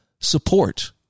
support